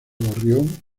gorrión